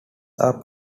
are